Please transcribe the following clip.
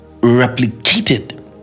replicated